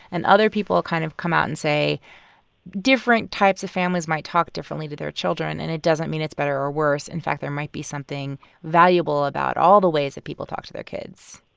and other people kind of come out and say different types of families might talk differently to their children, and it doesn't mean it's better or worse. in fact, there might be something valuable about all the ways that people talk to their kids.